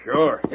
Sure